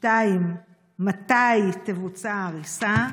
2. מתי תבוצע ההריסה?